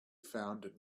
found